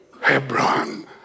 Hebron